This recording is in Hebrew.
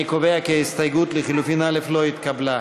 אני קובע כי ההסתייגות לחלופין (א) לא התקבלה.